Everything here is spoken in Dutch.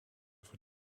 voor